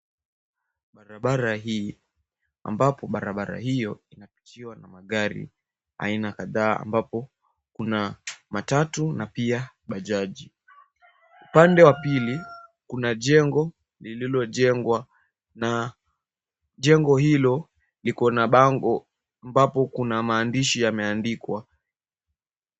Barabara hii ambapo barabara hio inapitiwa na magari aina kadhaa ambapo kuna matatu na pia bajaji. Upande wa pili kuna jengo lililojengwa na jengo hilo liko na bango ambapo kuna maandishi yameandikwa.